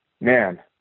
Man